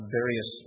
various